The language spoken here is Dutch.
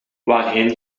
waarheen